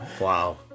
Wow